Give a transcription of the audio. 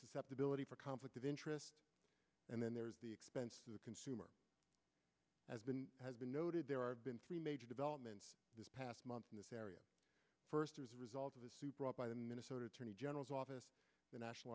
susceptibility for conflict of interest and then there's the expense of the consumer has been has been noted there are been three major developments this past month in this area first as a result of brought by the minnesota attorney general's office the national